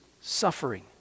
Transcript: suffering